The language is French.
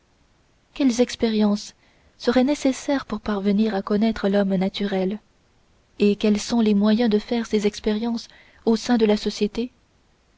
quelles expériences seraient nécessaires pour parvenir à connaître l'homme naturel et quels sont les moyens de faire ces expériences au sein de la société